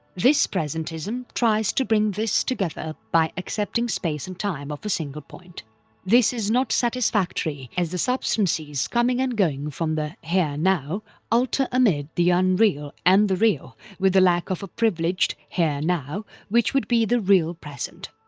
this presentism tries to bring this together by accepting space and time of a single point this is not satisfactory as the substances coming and going from the here now'alter amid the unreal and the real, with the lack of a privileged here now which would be the real present.